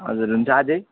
हजुर हुन्छ अझै